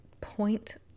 point